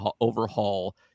overhaul